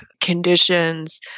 Conditions